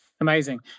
amazing